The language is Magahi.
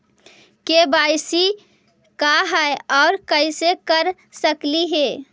के.वाई.सी का है, और कैसे कर सकली हे?